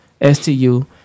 S-T-U